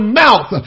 mouth